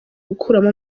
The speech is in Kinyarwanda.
gukuramo